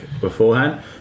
beforehand